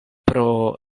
pro